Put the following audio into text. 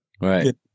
Right